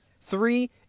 Three